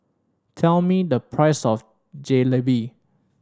tell me the price of Jalebi